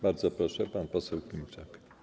Bardzo proszę, pan poseł Klimczak.